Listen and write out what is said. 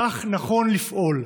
כך נכון לפעול.